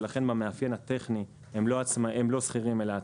ולכן במאפיין הטכני הם לא שכירים אלא עצמאים.